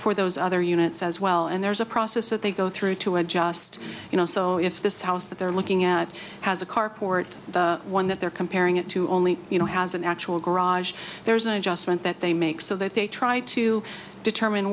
for those other units as well and there's a process that they go through to adjust you know so if this house that they're looking at has a carport the one that they're comparing it to only you know has an actual garage there's an adjustment that they make so that they try to determine